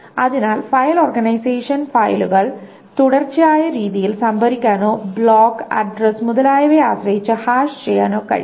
അതിനാൽ file organisation ഫയലുകൾ തുടർച്ചയായ രീതിയിൽ സംഭരിക്കാനോ ബ്ലോക്ക് അഡ്രെസ്സ് മുതലായവയെ ആശ്രയിച്ച് ഹാഷ് ചെയ്യാനോ കഴിയും